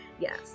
yes